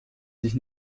sich